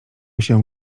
się